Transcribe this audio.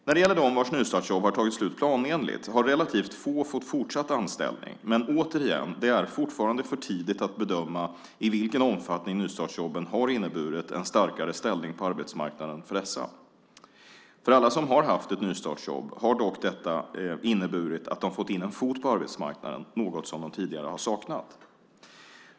När det gäller dem vars nystartsjobb har tagit slut planenligt har relativt få fått fortsatt anställning, men återigen: Det är fortfarande för tidigt att bedöma i vilken omfattning nystartsjobben har inneburit en starkare ställning på arbetsmarknaden för dessa. För alla som har haft ett nystartsjobb har dock detta inneburit att de fått in en fot på arbetsmarknaden, något som de tidigare saknat.